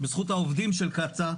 בזכות העובדים של קצא"א.